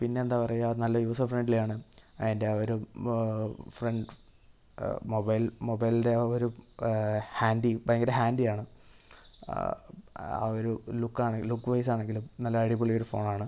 പിന്നെ എന്താ പറയാ നല്ല യൂസർ ഫ്രണ്ട്ലി ആണ് അതിൻ്റെ ആ ഒരു ഫ്രണ്ട് മൊബൈൽ മൊബൈലിൻ്റെ ആ ഒരു ഹാൻഡി ഭയങ്കര ഹാൻഡിയാണ് ആ ഒരു ലുക്ക് ആണ് ലുക്ക് വൈസ് ആണെങ്കിലും നല്ല അടിപൊളി ഒരു ഫോണാണ്